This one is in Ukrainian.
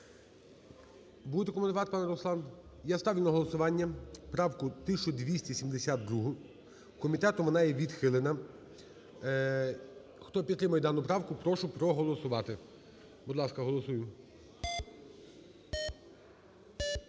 Буде коментувати, пане Руслан? Я ставлю на голосування правку 1272, комітетом вона є відхилена. Хто підтримує дану правку, прошу проголосувати. Будь ласка, голосуємо.